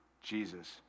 Jesus